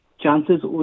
Chances